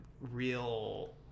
real